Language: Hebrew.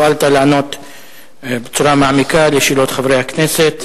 אני מודה לך על שהואלת לענות בצורה מעמיקה לשאלות חברי הכנסת.